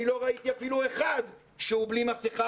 אני לא ראיתי אפילו אחד שהוא בלי מסכה.